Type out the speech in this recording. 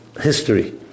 history